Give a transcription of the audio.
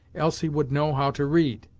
else he would know how to read.